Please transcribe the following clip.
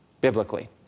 biblically